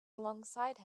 alongside